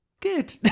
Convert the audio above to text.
Good